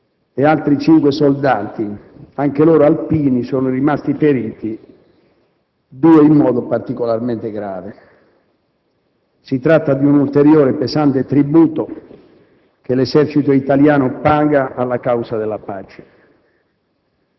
e altri cinque soldati, anche loro alpini, sono rimasti feriti; due, in modo particolarmente grave. Si tratta di un ulteriore, pesante tributo che l'esercito italiano paga alla causa della pace.